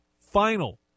final